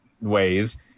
ways